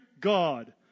God